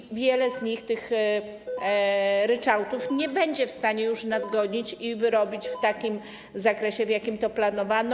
I wiele z nich tych ryczałtów nie będzie w stanie już nadgonić i wyrobić w takim zakresie, w jakim to planowano.